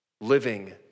Living